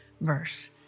verse